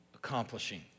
accomplishing